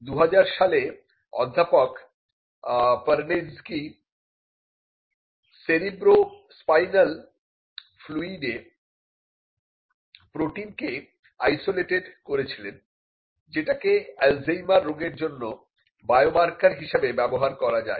2010 সালে অধ্যাপক Perneczky cerebrospinal ফ্লুইডে প্রোটিনকে আইসোলেটেড করেছিলেন যেটা কে অ্যালঝাইমার রোগের জন্য বায়োমার্কার হিসেবে ব্যবহার করা যায়